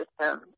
system